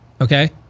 okay